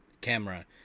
camera